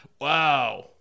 Wow